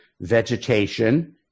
vegetation